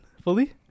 fully